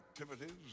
activities